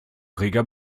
reger